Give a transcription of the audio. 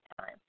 time